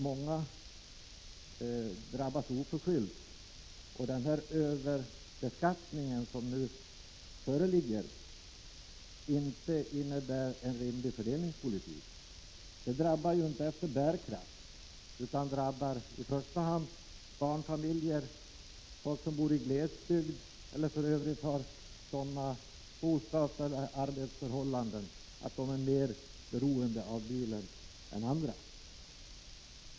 Många drabbas oförskyllt, och överbeskattningen innebär inte en rättvis fördelningspolitik. Skatten tar ju inte hänsyn till bärkraft, utan den drabbar i första hand barnfamiljer, människor som bor i glesbygd eller som i övrigt har sådana boendeeller arbetsförhållanden att de är mer beroende av bilen än andra.